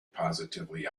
positively